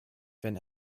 wenn